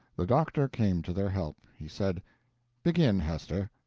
the doctor came to their help. he said begin, hester.